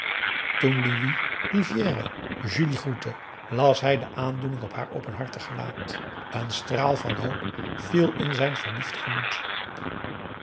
louis rivière julie groette las hij de aandoening op haar openhartig gelaat een straal van hoop viel in zijn verliefd gemoed